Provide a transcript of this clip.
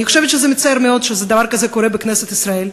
אני חושבת שזה מצער מאוד שדבר כזה קורה בכנסת ישראל.